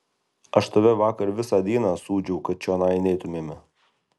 aš tave vakar visą dieną sūdžiau kad čionai neitumėme